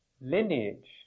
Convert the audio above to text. lineage